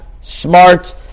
smart